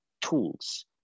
tools